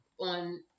on